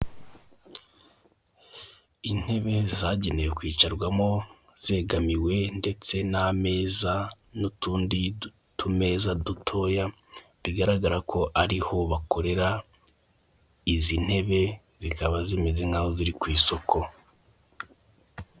Intebe zagenewe kwicarwamo zegamiwe ndetse n'ameza n'utundi tumeza duto bigaragara ko ari ho bakorera izi ntebe zikaba zimeze nk'aho ziri ku isoko.